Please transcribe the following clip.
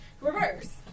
reverse